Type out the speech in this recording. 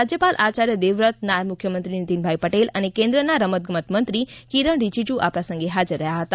રાજયપાલ આયાર્ય દેવવ્રત નાયબ મુખ્યમંત્રી નિતિનભાઈ પટેલ અને કેન્દ્રના રમતગમત મંત્રી કિરણ રિજિજુ આ પ્રસંગે હાજર હતા